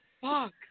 Fuck